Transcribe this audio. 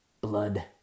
blood